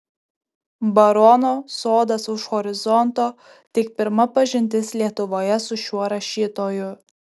barono sodas už horizonto tik pirma pažintis lietuvoje su šiuo rašytoju